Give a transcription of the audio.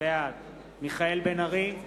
בעד מיכאל בן-ארי,